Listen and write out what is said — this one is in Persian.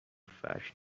فرش